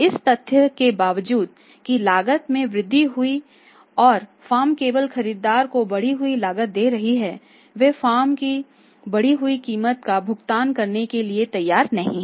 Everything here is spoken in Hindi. इस तथ्य के बावजूद कि लागत में वृद्धि हुई है और फर्म केवल खरीदार को बढ़ी हुई लागत दे रही है वे फर्म को बढ़ी हुई कीमत का भुगतान करने के लिए तैयार नहीं हैं